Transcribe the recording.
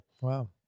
Wow